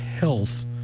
Health